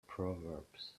proverbs